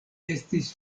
estis